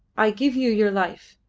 i give you your life,